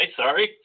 sorry